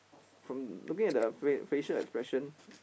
from looking at the face facial expression